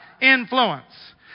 Influence